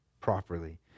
properly